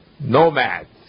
Nomads